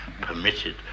permitted